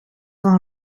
van